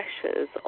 pressures